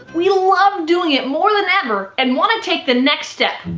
we love doing it more than ever and want to take the next step.